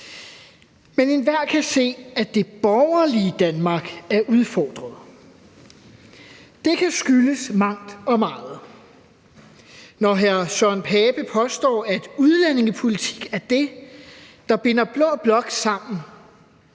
Men enhver kan se, at det borgerlige Danmark er udfordret. Det kan skyldes mangt og meget. Når hr. Søren Pape Poulsen påstår, at udlændingepolitik er det, der binder blå blok sammen,